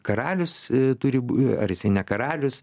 karalius turi būt ar jisai ne karalius